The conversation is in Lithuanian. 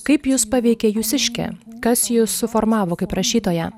kaip jus paveikia jūsiškė kas jus suformavo kaip rašytoją